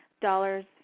dollars